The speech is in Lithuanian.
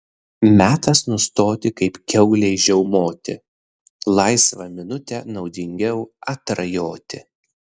metas nustoti kaip kiaulei žiaumoti laisvą minutę naudingiau atrajoti